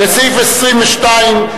סעיף 28(2)